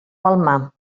palmar